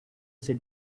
sit